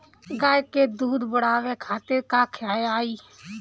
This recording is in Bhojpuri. गाय के दूध बढ़ावे खातिर का खियायिं?